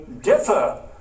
differ